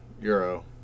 euro